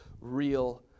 real